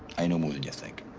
i know more than you think.